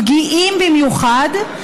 פגיעים במיוחד,